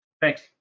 Thanks